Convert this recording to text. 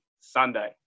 Sunday